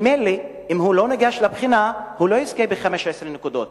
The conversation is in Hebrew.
ממילא אם הוא לא ניגש לבחינה הוא לא יזכה ב-15 נקודות,